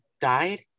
died